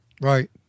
Right